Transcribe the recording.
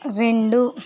రెండు